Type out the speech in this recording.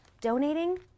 donating